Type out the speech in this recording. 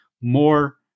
more